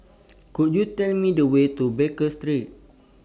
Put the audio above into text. Could YOU Tell Me The Way to Baker Street